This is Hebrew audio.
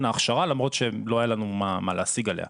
ההכשרה למרות שלא היה לנו מה להשיג עליה,